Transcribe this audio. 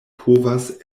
povas